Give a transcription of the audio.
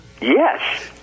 Yes